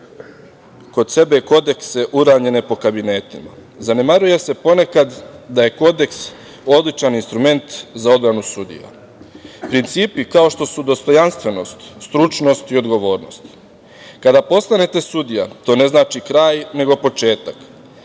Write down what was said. kod sebe kodekse uramljene po kabinetima. Zanemaruje se ponekad da je kodeks odličan instrument za odbranu sudija. Principi kao što su dostojanstvenost, stručnost i odgovornost, kada postanete sudija, to ne znači kraj nego početak.